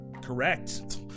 Correct